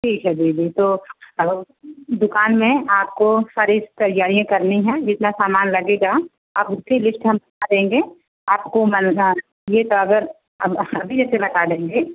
ठीक है दीदी तो दुकान में आपको सारी तैयारियाँ करनी है जितना सामान लगेगा आप उसकी लिस्ट हम देंगे आपको यह तो अगर अभी से लगा लेंगे